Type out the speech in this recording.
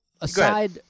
aside